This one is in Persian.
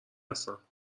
هستم